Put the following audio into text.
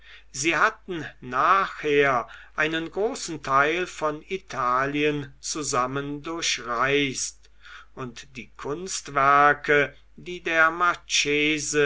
sie hatten nachher einen großen teil von italien zusammen durchreist und die kunstwerke die der